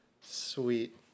sweet